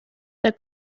der